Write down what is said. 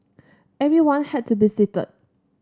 everyone had to be seated